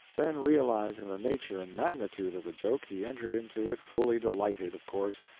then realizing the nature and magnitude of the joke, he entered into it fully-delighted, of course,